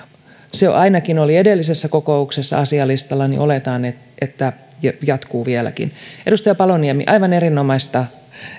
se oli ainakin edellisessä kokouksessa asialistalla niin oletan että se jatkuu vieläkin edustaja paloniemi aivan erinomaista